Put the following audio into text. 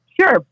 Sure